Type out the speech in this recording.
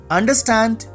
Understand